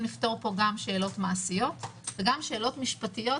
לפתור פה גם שאלות מעשיות וגם שאלות משפטיות,